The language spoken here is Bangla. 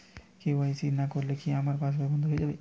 কে.ওয়াই.সি না করলে কি আমার পাশ বই বন্ধ হয়ে যাবে?